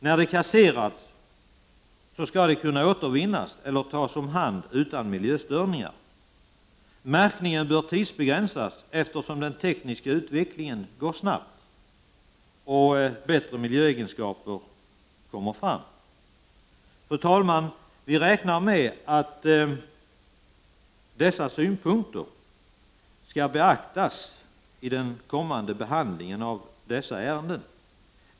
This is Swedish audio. När de kasseras skall de kunna återvinnas eller tas om hand utan miljöstörningar. Märkningen bör tidsbegränsas, eftersom den tekniska utvecklingen går snabbt och bättre miljöegenskaper fås fram. Fru talman! Vi räknar med att dessa synpunkter skall beaktas i den kommande behandlingen av dessa frågor.